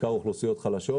בעיקר אוכלוסיות חלשות.